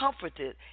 comforted